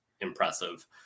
impressive